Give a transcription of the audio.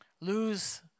lose